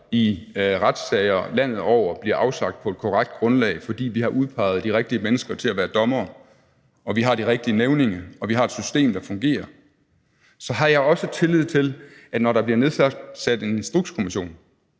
i retssager landet over, bliver afsagt på et korrekt grundlag, fordi vi har udpeget de rigtige mennesker til at være dommere og vi har de rigtige nævninge og vi har et system, der fungerer, så har jeg også tillid til, når der bliver nedsat en Instrukskommission,